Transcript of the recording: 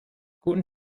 guten